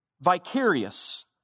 vicarious